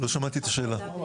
לא שמעתי את השאלה.